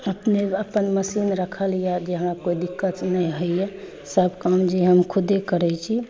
अपने अपन मशीन रखल यऽ जहाँ कोइ दिक्कत नहि होइए सभ काम जे हम खुदे करय छी